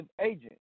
agent